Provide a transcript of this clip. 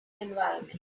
environment